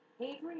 Avery